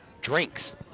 drinks